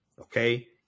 okay